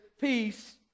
Peace